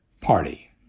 party